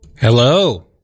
Hello